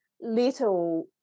little